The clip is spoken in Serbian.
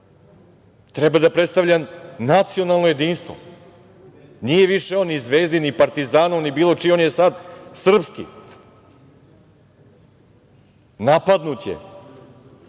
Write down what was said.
treba da predstavlja nacionalno jedinstvo, nije više on ni Zvezdin, ni Partizanov, ni bilo čiji, on je sad srpski. Napadnut je